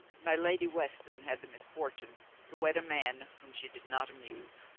my lady weston had the misfortune to wed a man whom she did not amuse.